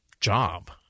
job